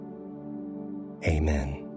amen